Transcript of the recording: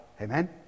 Amen